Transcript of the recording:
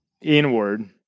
inward